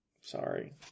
Sorry